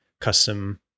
custom